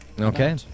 Okay